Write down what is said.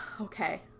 Okay